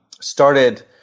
started